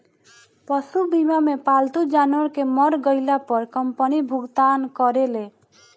पशु बीमा मे पालतू जानवर के मर गईला पर कंपनी भुगतान करेले